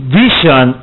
vision